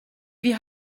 wie